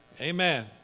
amen